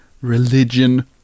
religion